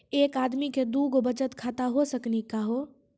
एके आदमी के दू गो बचत खाता हो सकनी का हो?